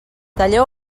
talleu